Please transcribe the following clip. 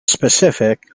specific